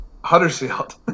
Huddersfield